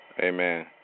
Amen